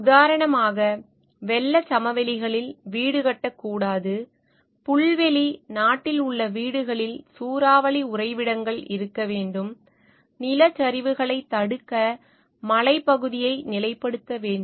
உதாரணமாக வெள்ளச் சமவெளிகளில் வீடு கட்டக்கூடாது புல்வெளி நாட்டில் உள்ள வீடுகளில் சூறாவளி உறைவிடங்கள் இருக்க வேண்டும் நிலச்சரிவுகளைத் தடுக்க மலைப்பகுதியை நிலைப்படுத்த வேண்டும்